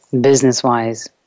business-wise